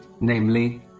namely